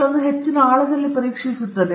ಮತ್ತು ಅಂತಿಮವಾಗಿ ಇದು ಹಕ್ಕುಗಳೊಂದಿಗೆ ಕೊನೆಗೊಳ್ಳುತ್ತದೆ